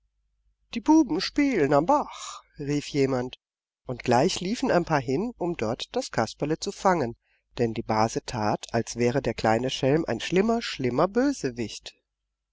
die buben spielen am bach rief jemand und gleich liefen ein paar hin um dort das kasperle zu fangen denn die base tat als wäre der kleine schelm ein schlimmer schlimmer bösewicht